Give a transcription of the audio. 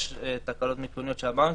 יש תקלות מיכוניות של הבנקים.